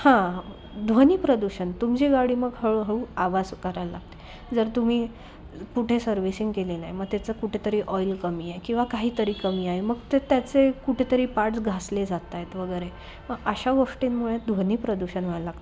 हां ध्वनी प्रदूषण तुमची गाडी मग हळूहळू आवाज करायला लागते जर तुम्ही कुठे सर्व्हिसिंग केले नाही मग त्याचं कुठेतरी ऑईल कमी आहे किंवा काहीतरी कमी आहे मग ते त्याचे कुठेतरी पार्ट्स घासले जातायेत वगैरे म अशा गोष्टींमुळे ध्वनी प्रदूषण व्हायला लागतं